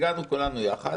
הגענו כולנו יחד